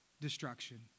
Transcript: destruction